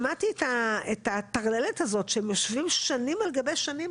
שמעתי את הטרללת הזאת שהם יושבים שנים על גבי שנים,